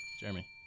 jeremy